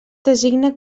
designa